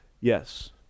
Yes